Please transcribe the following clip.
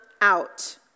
out